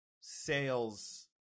sales